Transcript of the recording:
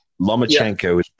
Lomachenko